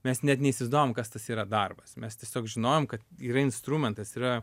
mes net neįsivaizdavom kas tas yra darbas mes tiesiog žinojom kad yra instrumentas yra